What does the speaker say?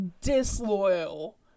disloyal